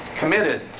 committed